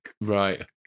Right